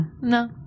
No